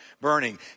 burning